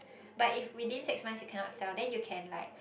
but if within six months you cannot sell then you can like